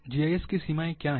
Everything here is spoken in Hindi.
जीआईएस की सीमाएं क्या हैं